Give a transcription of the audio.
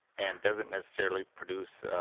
and doesn't necessarily produce